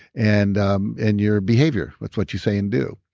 and um and your behavior that's what you say and do.